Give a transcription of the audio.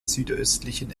südöstlichen